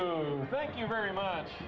oh thank you very much